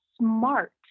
smart